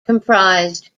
comprised